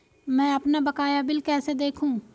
मैं अपना बकाया बिल कैसे देखूं?